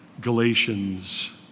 Galatians